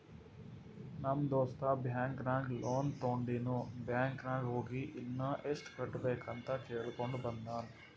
ನಮ್ ದೋಸ್ತ ಬ್ಯಾಂಕ್ ನಾಗ್ ಲೋನ್ ತೊಂಡಿನು ಬ್ಯಾಂಕ್ ನಾಗ್ ಹೋಗಿ ಇನ್ನಾ ಎಸ್ಟ್ ಕಟ್ಟಬೇಕ್ ಅಂತ್ ಕೇಳ್ಕೊಂಡ ಬಂದಾನ್